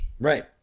Right